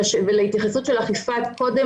לגבי ההתייחסות של יפעת מקודם,